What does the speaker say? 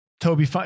toby